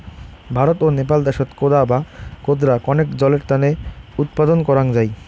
ভারত ও নেপাল দ্যাশত কোদা বা কোদরা কণেক জলের তানে উৎপাদন করাং যাই